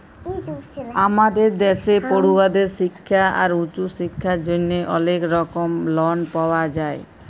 আমাদের দ্যাশে পড়ুয়াদের শিক্খা আর উঁচু শিক্খার জ্যনহে অলেক রকম লন পাওয়া যায়